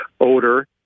odor